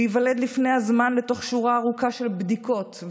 להיוולד לפני הזמן לתוך שורה ארוכה של בדיקות,